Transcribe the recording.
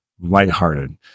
lighthearted